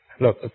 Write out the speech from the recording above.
look